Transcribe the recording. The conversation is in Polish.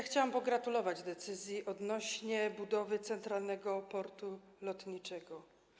Chciałam pogratulować decyzji budowy centralnego portu lotniczego.